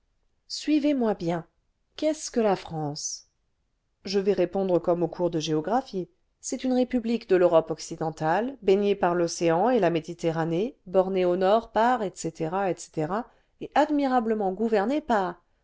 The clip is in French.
suivezmoi bien qu'est-ce que la france je vais répondre comme au cours de géographie c'est une république de l'europe occidentale baignée par l'océan et la méditerranée bornée au nord par etc etc et admirablement gouvernée par